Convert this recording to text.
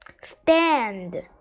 stand